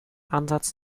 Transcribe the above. ansatz